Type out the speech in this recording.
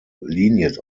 linie